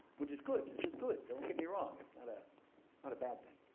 which is good, this is good. don't get me wrong. it's not a, not a bad thing.